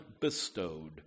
bestowed